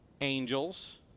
Angels